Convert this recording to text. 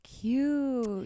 cute